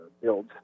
build